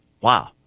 Wow